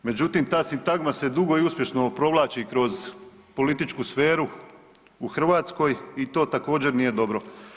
Međutim, ta sintagma se dugo i uspješno provlači kroz političku sferu u Hrvatskoj i to također nije dobro.